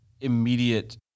immediate